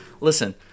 Listen